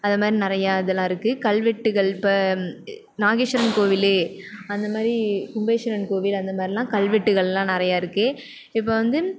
அந்தமாதிரி நிறையா இதெல்லாம் இருக்குது கல்வெட்டுகள் இப்போ நாகேஸ்வரன் கோவில்லே அந்தமாதிரி கும்பேஸ்வரன் கோவில் அந்தமாதிரிலாம் கல்வெட்டுகளெலாம் நிறைய இருக்குது இப்போ வந்து